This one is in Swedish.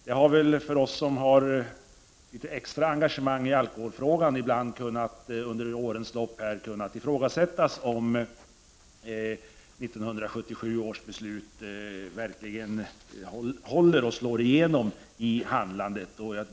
Det har för oss som är litet extra engagerade i alkoholfrågan under årens lopp ibland kunnat ifrågasättas om 1977 års beslut verkligen håller och slår igenom i handlandet.